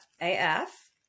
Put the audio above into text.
AF